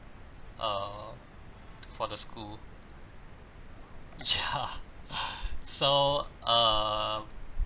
err for the school ya so uh